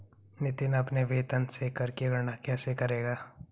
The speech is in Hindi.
नितिन अपने वेतन से कर की गणना कैसे करेगा?